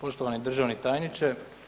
Poštovani državni tajniče.